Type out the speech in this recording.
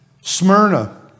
Smyrna